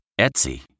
Etsy